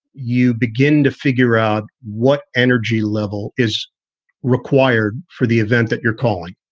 you begin to figure out what energy level is required for the event that you're calling.